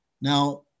Now